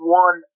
one